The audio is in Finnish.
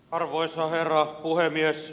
arvoisa herra puhemies